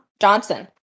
Johnson